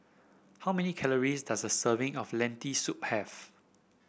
how many calories does a serving of Lentil Soup have